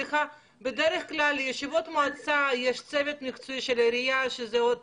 בדרך כלל בישיבות מועצה יש צוות מקצועי של העירייה שזה עוד